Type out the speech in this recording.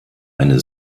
eine